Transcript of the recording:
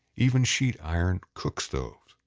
even sheet iron cook stoves.